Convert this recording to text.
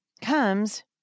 comes